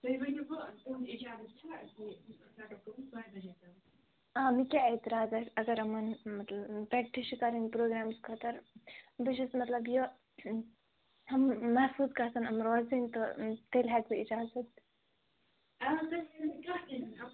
اَہنُہ کیاہ اعتِراض آسہِ اگرِی یِمَن مَطلب پرٛیکٹِس چھ کَرٕنۍ پُروگرامَس خٲطرٕ بہٕ چھس مطلب یہِ میحفوٗظ گَژھَن یِم روزٕنۍ تہٕ تیلہِ ہیکہٕ بہٕ اِجازَت